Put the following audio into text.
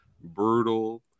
Brutal